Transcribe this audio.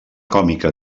còmica